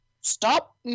Stop